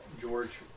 George